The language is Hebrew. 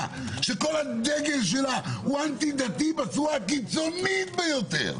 שכל הדגל שלה הוא אנטי-דתי בצורה הקיצונית ביותר.